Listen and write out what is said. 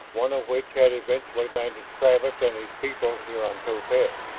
one of which had eventually landed travis and his people here on topaz.